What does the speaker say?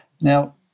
Now